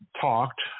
talked